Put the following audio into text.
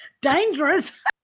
dangerous